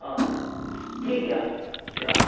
ᱚ ᱴᱷᱤᱠ ᱜᱮᱭᱟ ᱡᱚᱦᱟᱨ